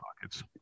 pockets